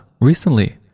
recently